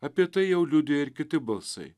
apie tai jau liudija ir kiti balsai